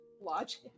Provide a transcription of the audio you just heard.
Logic